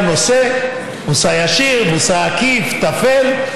היה נושא, מושא ישיר, מושא עקיף, טפל.